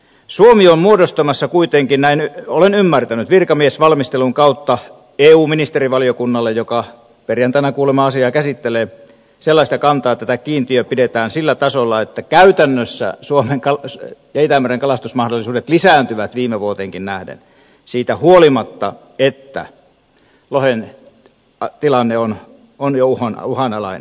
suomi on muodostamassa kuitenkin näin olen ymmärtänyt virkamiesvalmistelun kautta eu ministerivaliokunnalle joka perjantaina kuulemma asiaa käsittelee sellaista kantaa että tämä kiintiö pidetään sillä tasolla että käytännössä suomen ja itämeren kalastusmahdollisuudet lisääntyvät viime vuoteenkin nähden siitä huolimatta että lohen tilanne on jo uhanalainen